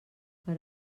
per